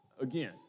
again